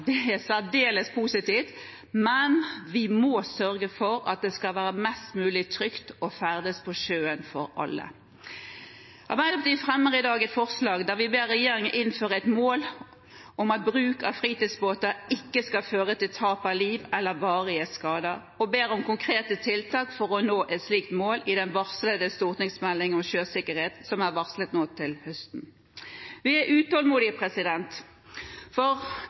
Det er særdeles positivt, men vi må sørge for at det skal være mest mulig trygt å ferdes på sjøen for alle. Arbeiderpartiet fremmer i dag et forslag der vi ber regjeringen innføre et mål om at bruk av fritidsbåter ikke skal føre til tap av liv eller varige skader, og ber om konkrete tiltak for å nå et slikt mål i stortingsmeldingen om sjøsikkerhet som er varslet nå til høsten. Vi er utålmodige, for